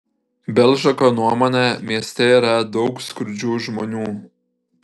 belžako nuomone mieste yra daug skurdžių žmonių